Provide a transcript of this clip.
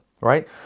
Right